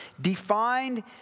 Defined